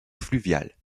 fluviale